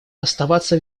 оставаться